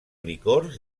licors